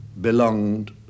belonged